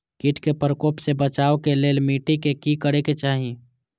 किट के प्रकोप से बचाव के लेल मिटी के कि करे के चाही?